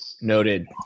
Noted